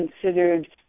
considered